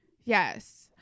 Yes